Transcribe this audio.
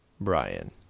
Brian